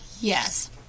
yes